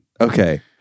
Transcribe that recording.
Okay